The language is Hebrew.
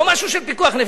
לא משהו של פיקוח נפש,